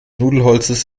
nudelholzes